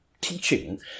teaching